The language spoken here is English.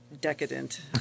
decadent